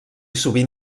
sovint